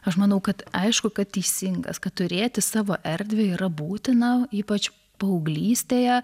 aš manau kad aišku kad teisingas kad turėti savo erdvę yra būtina ypač paauglystėje